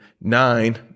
Nine